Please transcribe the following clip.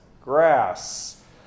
grass